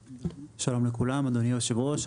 שלום לכולם, אדוני יושב הראש.